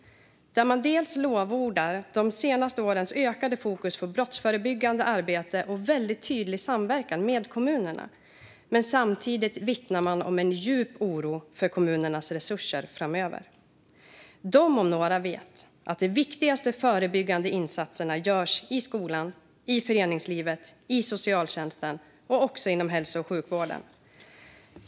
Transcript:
De lovordar de senare årens ökade fokus på brottsförebyggande arbete och väldigt tydliga samverkan med kommunerna. Samtidigt vittnar de om en djup oro för kommunernas resurser framöver. De om några vet att de viktigaste förebyggande insatserna görs i skolan, i föreningslivet, i socialtjänsten och inom hälso och sjukvården.